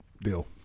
deal